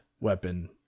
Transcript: weapon